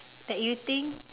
that you think